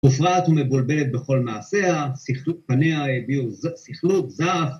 ‫מופרעת ומבולבלת בכל מעשיה, ‫פניה הביאו שכלות, זעף...